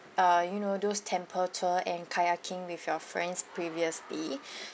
uh you know those temple tour and kayaking with your friends previously